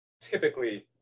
typically